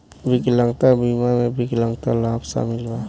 विकलांगता बीमा में विकलांगता लाभ शामिल बा